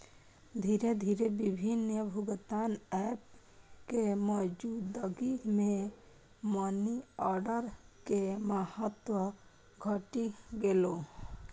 धीरे धीरे विभिन्न भुगतान एप के मौजूदगी मे मनीऑर्डर के महत्व घटि गेलै